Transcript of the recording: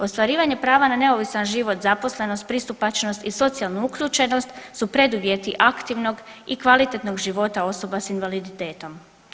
Ostvarivanje prava na neovisan život, zaposlenost, pristupačnost i socijalnu uključenost su preduvjeti aktivnog i kvalitetnog života osoba sa invaliditetom.